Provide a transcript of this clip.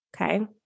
Okay